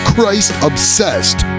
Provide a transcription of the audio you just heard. Christ-obsessed